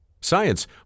Science